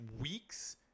weeks